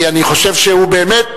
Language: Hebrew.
כי אני חושב שהוא באמת,